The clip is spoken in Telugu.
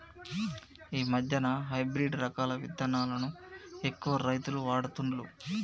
ఈ మధ్యన హైబ్రిడ్ రకాల విత్తనాలను ఎక్కువ రైతులు వాడుతుండ్లు